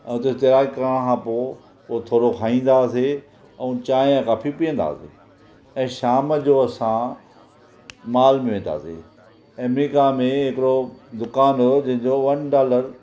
अॼु तेरागी करणु खां पोइ पोइ थोरो खाईंदा हुआसीं ऐं चांहि या कॉफ़ी पीअंदा हुआसीं ऐं शाम जो असां माल में वेंदा हुआसीं अमेरिका में हिकिड़ो दुकानु हुओ जंहिंजो वन डॉलर